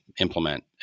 implement